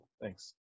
Thanks